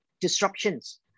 disruptions